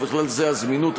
ובכלל זה הזמינות,